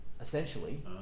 essentially